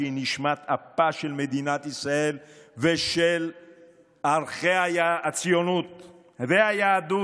שהיא נשמת אפה של מדינת ישראל ושל ערכי הציונות והיהדות,